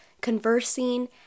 conversing